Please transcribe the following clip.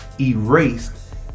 erased